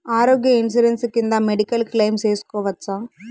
ఆరోగ్య ఇన్సూరెన్సు కింద medical claim సేసుకోవచ్చా?